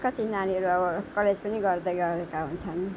कति नानीहरू अब कलेज पनि गर्दै गरेका हुन्छन्